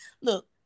look